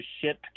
ship